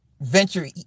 venture